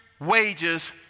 wages